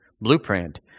blueprint